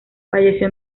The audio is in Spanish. falleció